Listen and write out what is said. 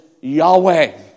Yahweh